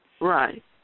Right